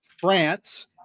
france